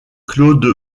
claude